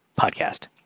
podcast